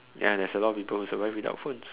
ya there's a lot of people who survive without phones